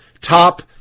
top